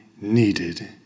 needed